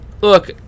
Look